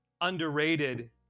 underrated